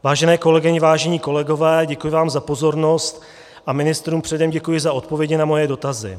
Vážené kolegyně, vážení kolegové, děkuji vám za pozornost a ministrům předem děkuji za odpovědi na moje dotazy.